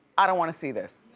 i don't wanna see this.